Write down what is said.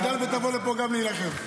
הבת שלי תגדל ותבוא לפה גם להילחם.